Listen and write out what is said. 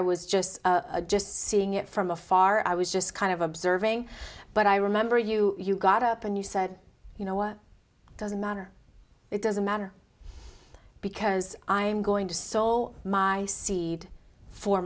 i was just just seeing it from afar i was just kind of observing but i remember you you got up and you said you know what it doesn't matter it doesn't matter because i'm going to soul my seed for